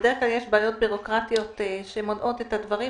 בדרך כלל יש בעיות בירוקרטיות שמונעות את הדברים,